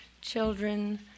children